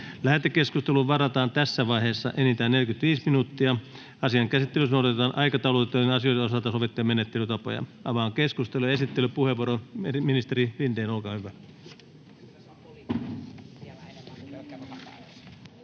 Lähetekeskusteluun varataan tässä vaiheessa enintään 45 minuuttia. Asian käsittelyssä noudatetaan aikataulutettujen asioiden osalta sovittuja menettelytapoja. Avaan keskustelun. Ministeri Lindén,